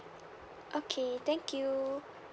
okay thank you